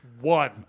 One